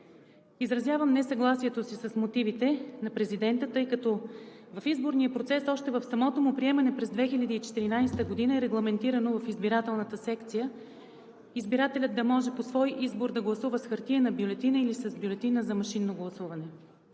Изразявам несъгласието си с мотивите на президента, тъй като в изборния процес, още в самото му приемане през 2014 г., е регламентирано в избирателната секция избирателят да може по свой избор да гласува с хартиена бюлетина или с бюлетина за машинно гласуване.